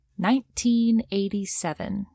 1987